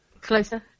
Closer